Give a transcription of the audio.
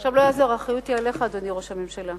לא יעזור, האחריות היא עליך, אדוני ראש הממשלה.